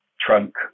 trunk